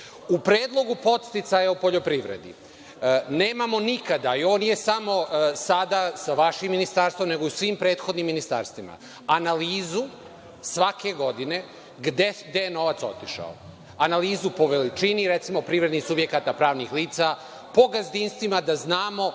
U predlogu podsticaja o poljoprivredi, nemamo nikada i ovo nije samo sada sa vašim ministarstvom nego u svim prethodnim ministarstvima, analizu svake godine gde je novac otišao. Analizu po veličini, recimo privrednih subjekata pravnih lica po gazdinstvima da znamo